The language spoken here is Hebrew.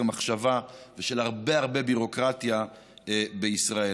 מחשבה והרבה הרבה ביורוקרטיה בישראל.